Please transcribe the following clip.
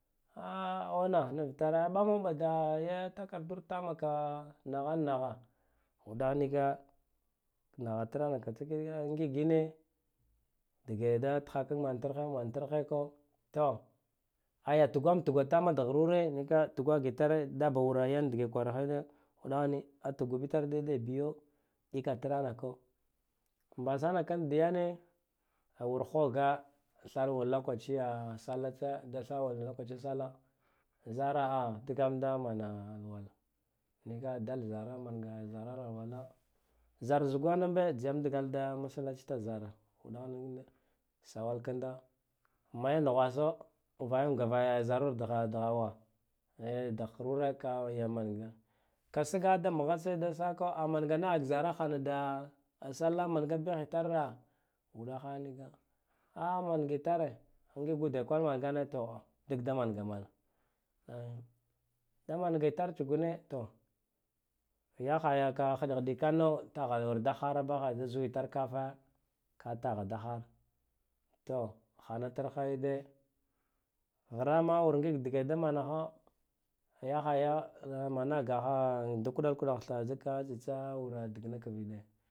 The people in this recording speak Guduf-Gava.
Auna niritere a ɓamoɓa da ya takardurta ma ka nagh nagha ufakhnika naghatranaka takine do ngigine dige da tkhakak mantarhe mana mantarheka to aya tugwan tugwa tamat ghrure nika tugwagitor taba wura yan dge kwara hayine uɗaghni atugwabit dede biyo ɗikatranako mbasanakanda dyane awur ghoje that wur lokaciya salla tse da sa wur lokaci salla zara dgam da mana alwala dal zara mangi tar alwala zar zugananambe tsiyam dagal da masallaci ta zara uɗa nika gawal kanda mu yi nugwaso vayamhga vayam yawur dgaw dghawa kasaga damghatse dwaka amanganaha zarahana da a salla a mangabahitarra uɗohe nika a mangitare da ngige ude kwal mangane to dik da managamana da mangtar tsugune to yaghaya ka ghidighikanno tagha wunda harabaha a zuwtar tafe ka dagha da haro to ghantarhayude gharama wur nglgdge da manaha yahaya managakha da kuɗal kuɗagh tsa zika tsitsa wurna dikna kride